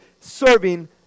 serving